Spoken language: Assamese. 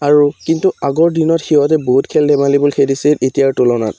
আৰু কিন্তু আগৰ দিনত সিহঁতে বহুত খেল ধেমালিবোৰ খেলিছিল এতিয়াৰ তুলনাত